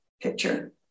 picture